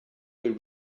will